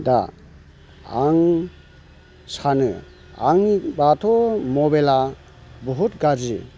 दा आं सानो आंनिबाथ' मबाइला बुहुथ गाज्रि